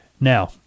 Now